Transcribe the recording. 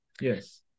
Yes